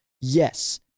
Yes